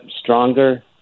stronger